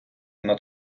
над